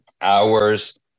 hours